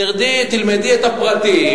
תלמדי את הפרטים,